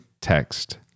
text